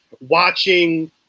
watching